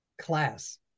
Class